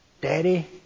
Daddy